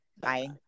Bye